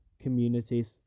communities